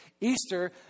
Easter